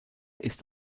ist